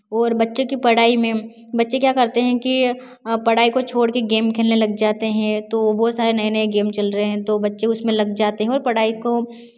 और बच्चे की पढ़ाई में बच्चे क्या करते हैं कि पढ़ाई को छोड़ कर गेम खेलने लग जाते हैं तो बहुत सारे नए नए गेम चल रहे हैं तो बच्चे उसमें लग जाते हैं और पढ़ाई को